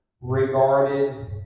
regarded